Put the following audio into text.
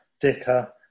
Dicker